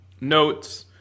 notes